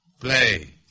Play